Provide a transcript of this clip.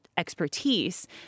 expertise